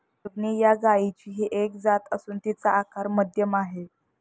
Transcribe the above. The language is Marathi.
देवणी या गायचीही एक जात असून तिचा आकार मध्यम आहे